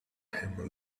him